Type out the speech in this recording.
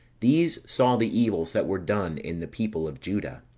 these saw the evils that were done in the people of juda,